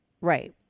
Right